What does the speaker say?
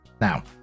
Now